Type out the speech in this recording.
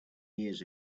years